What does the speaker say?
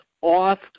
off